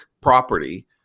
property